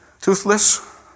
Toothless